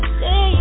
say